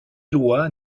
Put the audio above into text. loi